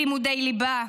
לימודי ליבה,